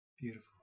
Beautiful